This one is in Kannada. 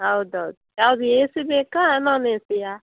ಹೌದೌದು ಯಾವುದು ಏ ಸಿ ಬೇಕಾ ನಾನ್ ಏ ಸಿಯ